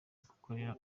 kwikorera